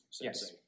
Yes